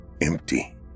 empty